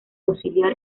auxiliar